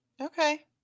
Okay